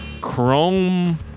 chrome